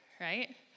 Right